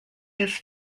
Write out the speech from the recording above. his